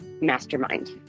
Mastermind